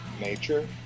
nature